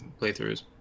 playthroughs